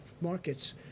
markets